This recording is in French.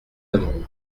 aimeront